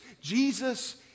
Jesus